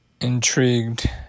intrigued